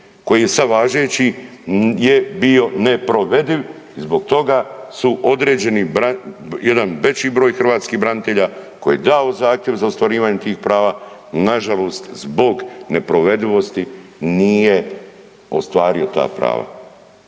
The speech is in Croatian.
koji je sad važeći je bio neprovediv i zbog toga su određeni, jedan veći broj hrvatskih branitelja koji je dao zahtjev za ostvarivanjem tih prava, nažalost, zbog neprovedivosti nije ostvario ta prava.